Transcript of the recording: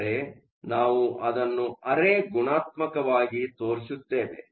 ಆದರೆ ನಾವು ಅದನ್ನು ಅರೆ ಗುಣಾತ್ಮಕವಾಗಿ ತೋರಿಸುತ್ತೇವೆ